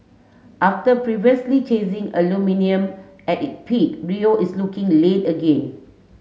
after previously chasing aluminium at it peak Rio is looking late again